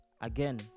Again